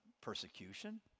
persecution